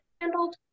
handled